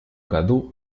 году